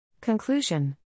Conclusion